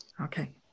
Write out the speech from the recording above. okay